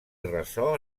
ressò